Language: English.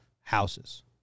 houses